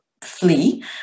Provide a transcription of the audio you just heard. flee